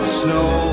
snow